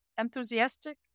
enthusiastic